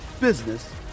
business